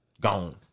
gone